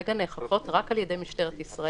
כרגע נאכפות רק על ידי משטרת ישראל.